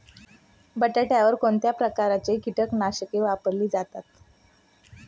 बटाट्यावर कोणत्या प्रकारची कीटकनाशके वापरली जातात?